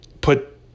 put